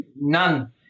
none